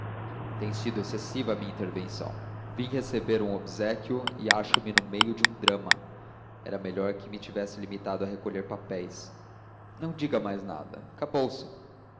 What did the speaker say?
tem sido excessiva a minha intervenção vim receber um obséquio e acho-me no meio de um drama era melhor que me tivesse limitado a recolher papéis não diga mais nada acabou-se